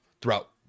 throughout